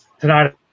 tonight